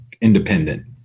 independent